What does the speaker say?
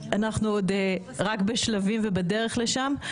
אנחנו עוד רק בשלבים ובדרך לשם.